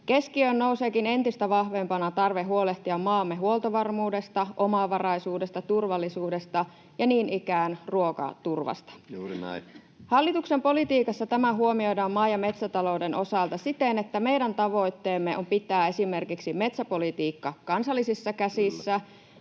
Keskiöön nouseekin entistä vahvempana tarve huolehtia maamme huoltovarmuudesta, omavaraisuudesta, turvallisuudesta ja niin ikään ruokaturvasta. Hallituksen politiikassa tämä huomioidaan maa- ja metsätalouden osalta siten, että meidän tavoitteemme on pitää esimerkiksi metsäpolitiikka kansallisissa käsissä